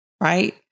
right